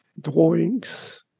drawings